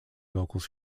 vocals